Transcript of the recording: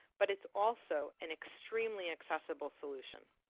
but it is also an extremely accessible solution.